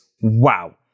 wow